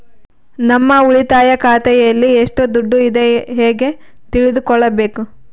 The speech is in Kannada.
ನಮ್ಮ ಉಳಿತಾಯ ಖಾತೆಯಲ್ಲಿ ಎಷ್ಟು ದುಡ್ಡು ಇದೆ ಹೇಗೆ ತಿಳಿದುಕೊಳ್ಳಬೇಕು?